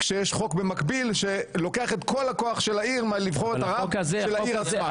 כשיש חוק במקביל שלוקח את כל הכוח של העיר מלבחור את הרב של העיר עצמה.